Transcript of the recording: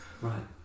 Right